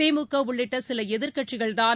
திமுக உள்ளிட்ட சில எதிர்க்கட்சிகள் தான்